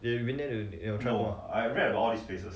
the remake 你有看过吗:ni youkan guo ma